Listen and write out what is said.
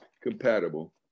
compatible